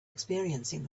experiencing